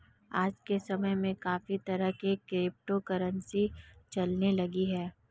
आज के समय में काफी तरह की क्रिप्टो करंसी चलने लगी है